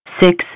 six